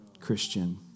Christian